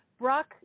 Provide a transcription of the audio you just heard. Brock